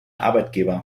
arbeitgeber